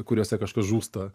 kuriose kažkas žūsta